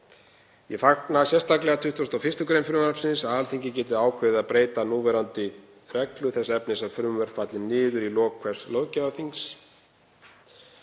Ég fagna sérstaklega 21. gr. frumvarpsins, að Alþingi geti ákveðið að breyta núverandi reglu þess efnis að frumvörp falli niður í lok hvers löggjafarþings.